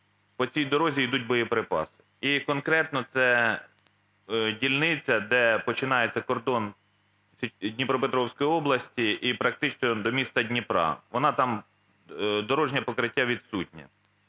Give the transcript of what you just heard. по цій дорозі ідуть боєприпаси. І конкретно це дільниця, де починається кордон Дніпропетровської області і практично до міста Дніпра. Воно там, дорожнє покриття, відсутнє.